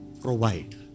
provide